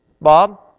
Bob